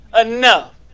enough